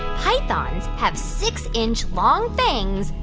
pythons have six inch long fangs,